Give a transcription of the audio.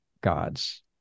gods